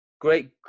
Great